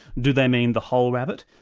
do they mean the whole rabbit?